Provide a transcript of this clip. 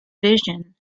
vision